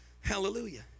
Hallelujah